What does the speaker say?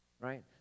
right